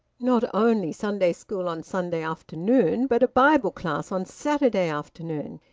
not only sunday school on sunday afternoon, but a bible class on saturday afternoon!